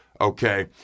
okay